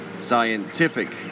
scientific